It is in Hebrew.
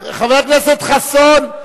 חבר הכנסת חסון,